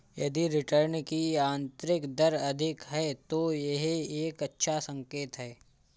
यदि रिटर्न की आंतरिक दर अधिक है, तो यह एक अच्छा संकेत है